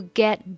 get